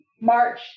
March